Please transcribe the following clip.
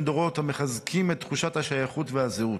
דורות המחזקים את תחושת השייכות והזהות.